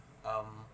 um